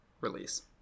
release